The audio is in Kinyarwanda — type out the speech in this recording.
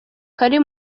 kari